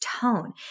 tone